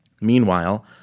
Meanwhile